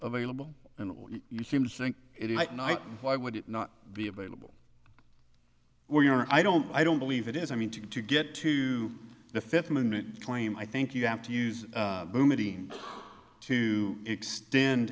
available and you seem to think it might night why would it not be available where you are i don't i don't believe it is i mean to to get to the fifth amendment claim i think you have to use boumediene to extend